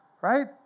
right